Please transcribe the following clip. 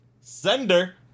Sender